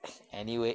anyway